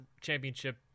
championship